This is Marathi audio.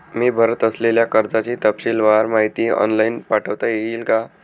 मी भरत असलेल्या कर्जाची तपशीलवार माहिती ऑनलाइन पाठवता येईल का?